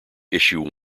issue